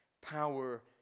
power